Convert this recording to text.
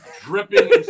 Dripping